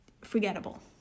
Forgettable